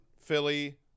Philly